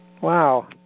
Wow